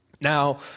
Now